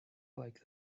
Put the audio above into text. like